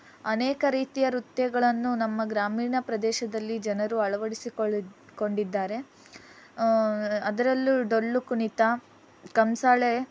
ಅನೇಕ ರೀತಿಯ ನೃತ್ಯಗಳನ್ನು ನಮ್ಮ ಗ್ರಾಮೀಣ ಪ್ರದೇಶದಲ್ಲಿ ಜನರು ಅಳವಡಿಸಿ ಕೊಳ್ಳಿ ಕೊಂಡಿದ್ದಾರೆ ಅದರಲ್ಲೂ ಡೊಳ್ಳುಕುಣಿತ ಕಂಸಾಳೆ